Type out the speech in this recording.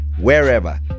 wherever